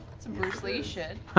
some bruce lee shit.